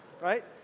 right